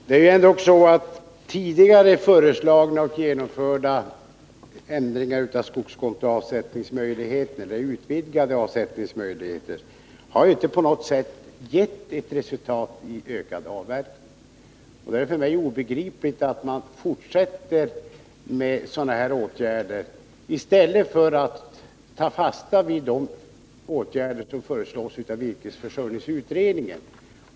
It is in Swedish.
Herr talman! Tidigare föreslagna och genomförda utökningar av möjligheterna till avsättning på skogskonto har ju inte på något sätt medfört en ökning av avverkningarna. Därför är det för mig obegripligt att man fortsätter med sådana åtgärder i stället för att ta fasta på vad som har föreslagits av virkesförsörjningsutredningen.